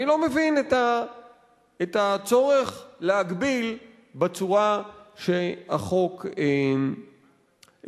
אני לא מבין את הצורך להגביל בצורה שהחוק קובע.